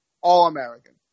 All-American